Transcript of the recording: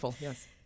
Yes